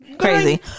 Crazy